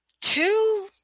two